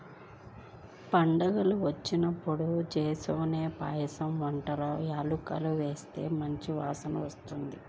పండగలప్పుడు జేస్కొనే పాయసం వంటల్లో యాలుక్కాయాలేస్తే మంచి వాసనొత్తది